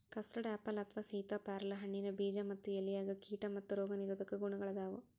custard apple ಅಥವಾ ಸೇತಾಪ್ಯಾರಲ ಹಣ್ಣಿನ ಬೇಜ ಮತ್ತ ಎಲೆಯಾಗ ಕೇಟಾ ಮತ್ತ ರೋಗ ನಿರೋಧಕ ಗುಣಗಳಾದಾವು